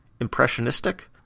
impressionistic